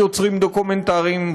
יוצרים דוקומנטריים,